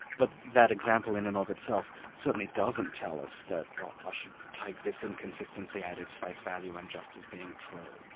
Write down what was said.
but that example in and of itself, certainly doesn't tell us that i should take this inconsistency at its face value and just as being true.